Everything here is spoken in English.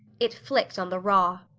it flicked on the raw.